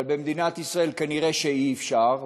אבל במדינת ישראל כנראה אי-אפשר,